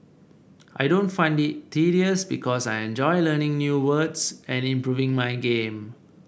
I don't find it tedious because I enjoy learning new words and improving my game